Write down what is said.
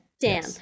Dan